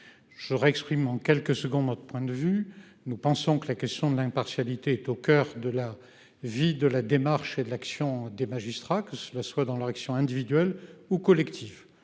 Je réexprime en quelques secondes votre point de vue. Nous pensons que la question de l'impartialité est au coeur de la vie de la démarche et de l'action des magistrats que cela soit dans leur action individuelle ou collective.